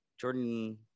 Jordan